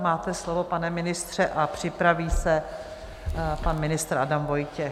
Máte slovo, pane ministře, a připraví se pan ministr Adam Vojtěch.